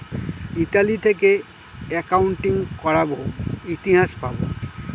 Italy থেকে accounting করাবো ইতিহাস পাবো